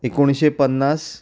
एकुणशे पन्नास